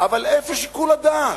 אבל איפה שיקול הדעת?